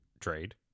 trade